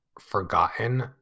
forgotten